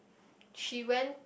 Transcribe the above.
she went